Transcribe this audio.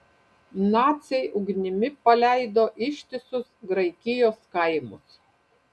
naciai ugnimi paleido ištisus graikijos kaimus